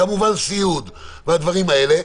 כמובן סיעוד וכל הדברים האלה,